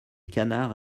canard